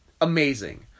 amazing